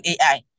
AI